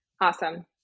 Awesome